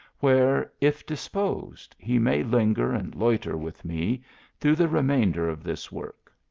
where, if dis posed, he may linger and loiter with me through the remainder of this work,